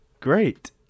great